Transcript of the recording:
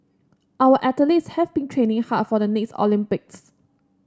our athletes have been training hard for the next Olympics